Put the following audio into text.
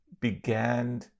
began